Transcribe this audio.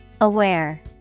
Aware